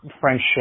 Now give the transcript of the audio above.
friendship